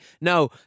No